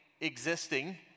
existing